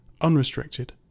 unrestricted